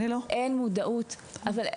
אין מודעות להורים.